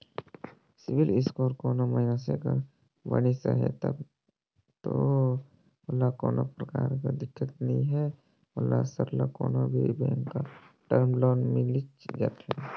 CIBIL score कोनो मइनसे कर बनिस अहे तब दो ओला कोनो परकार कर दिक्कत नी हे ओला सरलग कोनो भी बेंक कर टर्म लोन मिलिच जाथे